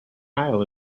isle